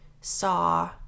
saw